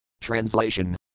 Translation